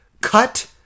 cut